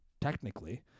technically